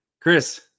Chris